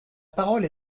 parole